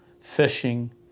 Fishing